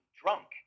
drunk